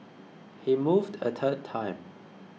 he moved a third time